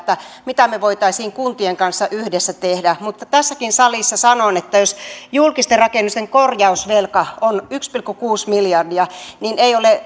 mitä me voisimme kuntien kanssa yhdessä tehdä mutta tässäkin salissa sanon että jos julkisten rakennusten korjausvelka on yksi pilkku kuusi miljardia niin ei ole